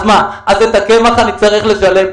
אז את הקמח אני צריך לשלם,